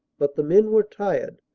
but the men were tired,